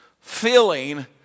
feeling